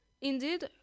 Indeed